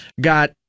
got